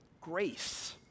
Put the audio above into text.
grace